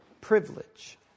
privilege